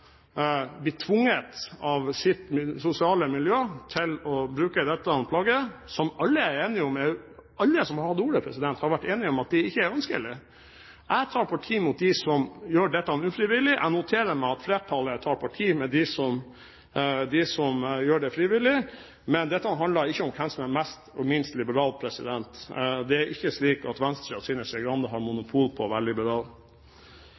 blir tvunget av sitt sosiale miljø til å bruke dette plagget, som alle som har hatt ordet, har vært enige om ikke er ønskelig. Jeg tar parti for dem som gjør dette ufrivillig. Jeg noterer meg at flertallet tar parti for dem som gjør det frivillig, men dette handler ikke om hvem som er mest og minst liberal. Det er ikke slik at Venstre og Trine Skei Grande har